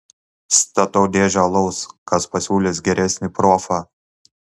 statau dėžę alaus kas pasiūlys geresnį profą